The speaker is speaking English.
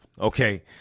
okay